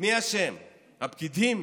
מי אשם, הפקידים?